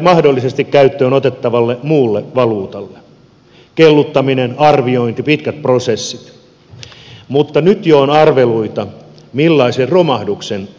mahdollisesti käyttöön otettavalle muulle valuutalle kelluttaminen arviointi pitkät prosessit mutta nyt jo on arveluita millaisen romahduksen se aiheuttaisi kansantaloudelle